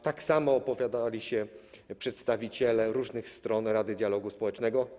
Tak samo opowiadali się przedstawiciele różnych stron Rady Dialogu Społecznego.